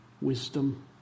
wisdom